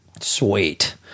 Sweet